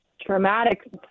traumatic